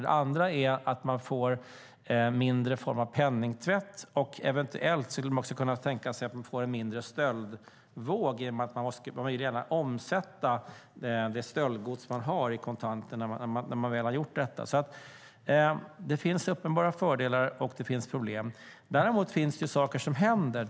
En annan är att vi får mindre penningtvätt, och eventuellt skulle man också kunna tänka sig att vi får färre stöldvågor - den som har stöldgods vill ju omsätta det i kontanter. Det finns alltså uppenbara fördelar, och det finns problem. Däremot finns det saker som händer.